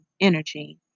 energy